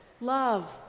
love